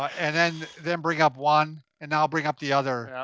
and then then bring up one and now bring up the other.